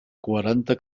quaranta